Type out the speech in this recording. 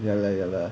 ya lah ya lah